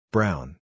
Brown